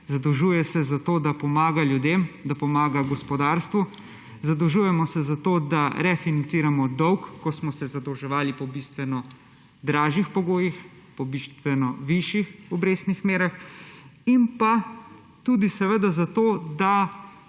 Zadolžuje se zato, da pomaga ljudem, da pomaga gospodarstvu. Zadolžujemo se zato, da refinanciramo dolg, ko smo se zadolževali po bistveno dražjih pogojih, po bistveno višjih obrestnih merah in pa tudi seveda zato, da